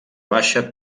baixa